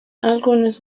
algunos